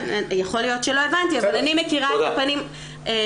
יכול להיות שלא הבנתי אבל אני מכירה את הפנים האחרות.